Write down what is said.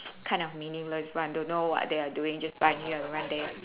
kind of meaningless but I don't know what they are doing just run here and run there